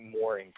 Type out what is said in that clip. more